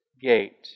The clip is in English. gate